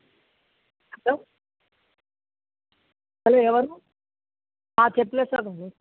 hello hello ఎవరు ఆ చెప్పుల షాప్ అండి